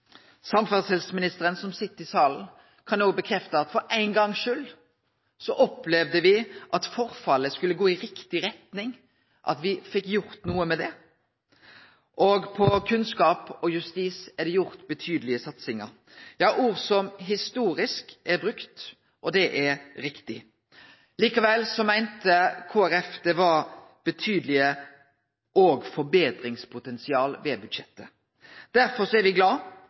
Samferdselsministeren, som sit i salen, kan òg stadfeste at for ein gongs skyld opplevde me at me fekk gjort noko med forfallet, og at det skulle gå i riktig retning, og innan kunnskap og justis er det gjort betydelege satsingar. Ord som «historisk» er brukt, og det er riktig. Likevel meinte Kristeleg Folkeparti at det var betydeleg forbetringspotensial ved budsjettet. Derfor er me glade